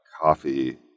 coffee